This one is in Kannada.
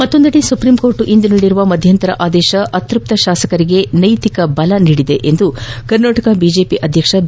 ಮತ್ತೊಂದೆಡೆ ಸುಪ್ರೀಂಕೋರ್ಟ್ ಇಂದು ನೀಡಿರುವ ಮಧ್ಯಂತರ ಆದೇಶ ಅತ್ಯಸ್ತ ಶಾಸಕರಿಗೆ ನೈತಿಕ ಬಲ ಬಂದಂತಾಗಿದೆ ಎಂದು ಕರ್ನಾಟಕ ಬಿಜೆಪಿ ಅಧ್ಯಕ್ಷ ಬಿ